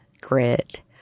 grit